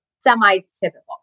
semi-typical